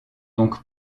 donc